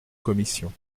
commission